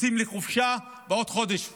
יוצאים לחופשה בעוד חודש פלוס,